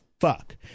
fuck